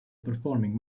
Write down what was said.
performing